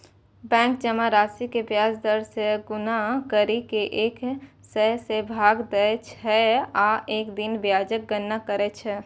bank जमा राशि कें ब्याज दर सं गुना करि कें एक सय सं भाग दै छै आ एक दिन ब्याजक गणना करै छै